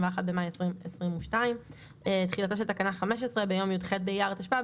במאי 2022). תחילתה של תקנה 15 ביום י"ח באייר התשפ"ב